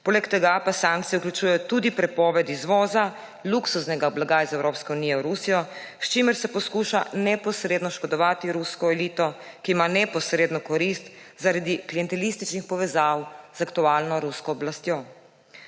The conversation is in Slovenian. Polega tega pa sankcije vključujejo tudi prepovedi izvoza luksuznega blaga iz Evropske unije v Rusijo, s čimer se posluša neposredno oškodovati rusko elito, ki ima neposredno korist zaradi klientelističnih povezav z aktualno rusko oblastjo.